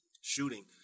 shooting